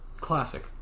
classic